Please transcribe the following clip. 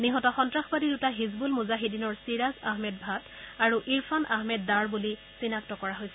নিহত সন্নাসবাদী দুটা হিজবুল মুজাহিদীনৰ ছিৰাজ আহমেদ ভাট্ট আৰু ইৰফান আহমেদ দ্বাৰ বুলি চিনাক্ত কৰা হৈছে